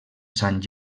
sant